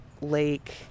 lake